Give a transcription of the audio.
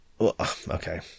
Okay